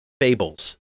fables